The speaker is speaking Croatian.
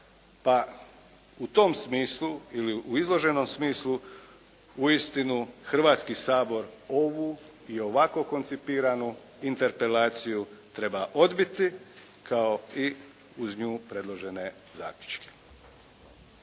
pa u tom smislu ili u izloženom smislu uistinu Hrvatski sabor ovu i ovako koncipiranu interpelaciju treba odbiti kao i uz nju predložene zaključke.